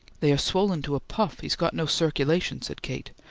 they are swollen to a puff, he's got no circulation, said kate.